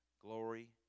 glory